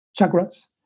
chakras